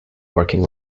working